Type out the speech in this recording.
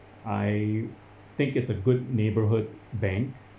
I think it's a good neighborhood bank